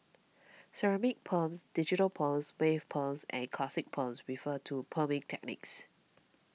ceramic perms digital perms wave perms and classic perms refer to perming techniques